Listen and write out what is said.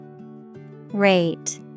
Rate